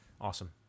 Awesome